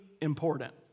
important